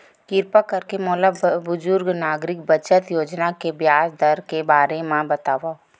किरपा करके मोला बुजुर्ग नागरिक बचत योजना के ब्याज दर के बारे मा बतावव